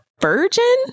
virgin